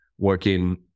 working